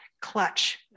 clutch